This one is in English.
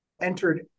entered